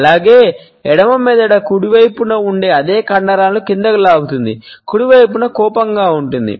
అలాగే ఎడమ మెదడు కుడివైపున ఉన్న అదే కండరాలను క్రిందికి లాగుతుంది కుడి వైపున కోపంగా ఉంటుంది